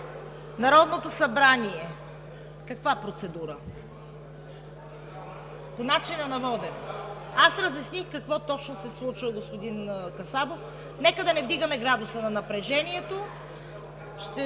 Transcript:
ЦВЕТА КАРАЯНЧЕВА: Каква процедура? По начина на водене? Аз разясних какво точно се случва, господин Касабов. Нека да не вдигаме градуса на напрежението!